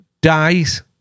dies